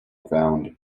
ground